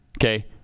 okay